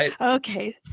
Okay